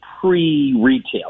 pre-retail